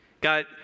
God